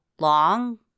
long